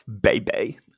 baby